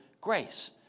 grace